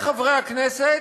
עמיתיי חברי הכנסת,